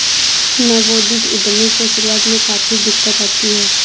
नवोदित उद्यमी को शुरुआत में काफी दिक्कत आती है